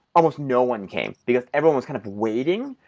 almost no one came, because everyone was kind of waiting.